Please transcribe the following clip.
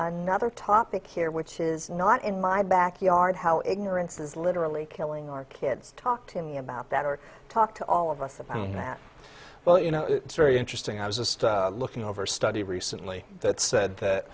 another topic here which is not in my backyard how ignorance is literally killing our kids talk to me about that or talk to all of us about well you know it's very interesting i was a star looking over study recently that said that